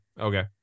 okay